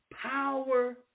power